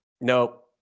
nope